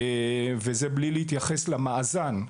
וזה בלי להתייחס למאזן,